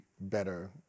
better